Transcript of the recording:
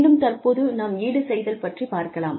மீண்டும் தற்போது நாம் ஈடு செய்தல் பற்றிப் பார்க்கலாம்